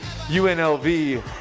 UNLV